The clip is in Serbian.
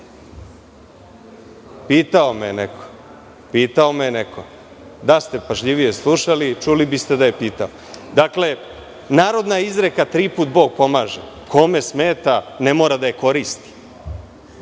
Pitao me je neko. Da ste pažljivije slušali, čuli biste da je pitao. Dakle, narodna izreka – tri puta Bog pomaže, kome smeta, ne mora da je koristi.